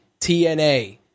TNA